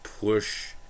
push